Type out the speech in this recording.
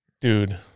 Dude